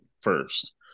first